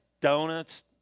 donuts